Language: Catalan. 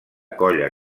colla